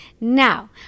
Now